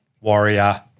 warrior